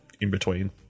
in-between